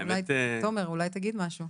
תומר, אולי תגיד משהו?